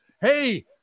Hey